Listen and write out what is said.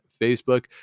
facebook